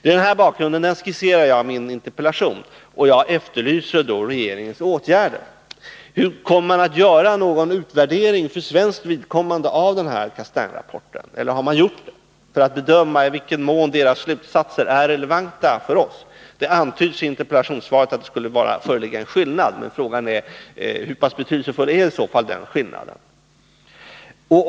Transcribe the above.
Den här bakgrunden skisserade jag i min interpellation och efterlyste regeringens åtgärder. Kommer man för svenskt vidkommande att göra någon utvärdering av Castaingrapporten — eller har man gjort det — för att bedöma i vilken mån dess slutsatser är relevanta för oss? Det antyds i interpellationssvaret att det skulle föreligga en skillnad. Frågan är: Hur betydelsefull är i så fall den skillnaden?